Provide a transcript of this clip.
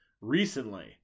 recently